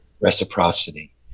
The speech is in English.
reciprocity